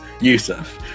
Yusuf